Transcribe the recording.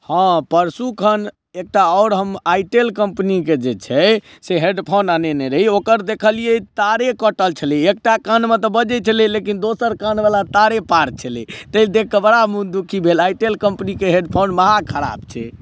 हँ परसुखन हम एकटा आओर आइटेल कम्पनी के जे छै से हेडफोन अनने रही ओकर देखलियै तारे कटल छलै एकटा कान वाला बजै छलै लेकिन दोसर कान वाला तारे पार छलै तँ देख कऽ बड़ा मन दुखी भेल आइटेल कम्पनी के हेडफोन महा खराब छै